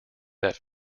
that